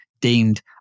deemed